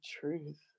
truth